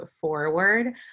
forward